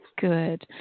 Good